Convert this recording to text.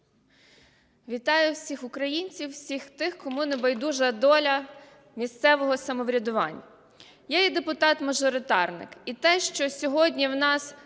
Вітаю всіх українців, всіх тих, кому небайдужа доля місцевого самоврядування. Я є депутат мажоритарник, і те, що сьогодні в нас